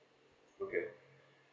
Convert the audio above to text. okay